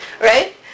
right